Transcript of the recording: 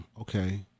okay